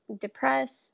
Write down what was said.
depressed